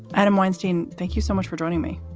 adam weinstein, thank you so much for joining me.